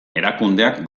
erakundeak